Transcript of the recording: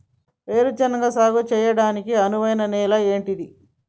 వేరు శనగ సాగు చేయడానికి అనువైన నేల ఏంటిది?